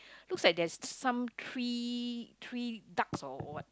looks like there's some three three ducks or what